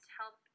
help